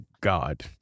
God